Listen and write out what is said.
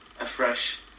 afresh